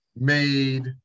made